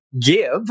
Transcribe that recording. give